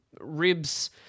Ribs